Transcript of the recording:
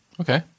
Okay